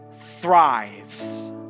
thrives